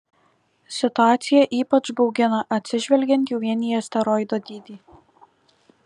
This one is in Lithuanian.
situacija ypač baugina atsižvelgiant jau vien į asteroido dydį